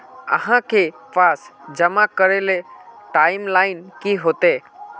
आहाँ के पैसा जमा करे ले टाइम लाइन की होते?